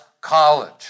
college